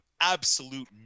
absolute